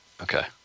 Okay